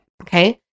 okay